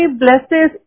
blesses